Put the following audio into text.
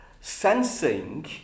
sensing